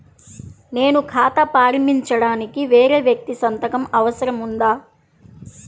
నేను ఖాతా ప్రారంభించటానికి వేరే వ్యక్తి సంతకం అవసరం ఉందా?